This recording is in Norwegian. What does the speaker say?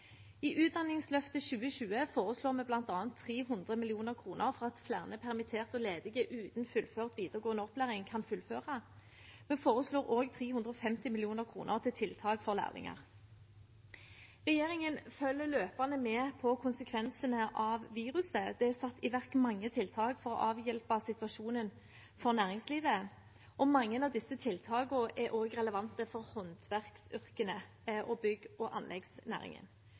I Utdanningsløftet 2020 foreslår vi bl.a. 300 mill. kr for at flere permitterte og ledige uten fullført videregående opplæring kan fullføre. Vi foreslår også 350 mill. kr til tiltak for lærlinger. Regjeringen følger løpende med på konsekvensene av viruset. Det er satt i verk mange tiltak for å avhjelpe situasjonen for næringslivet. Mange av disse tiltakene er også relevante for håndverksyrkene og bygg- og anleggsnæringen.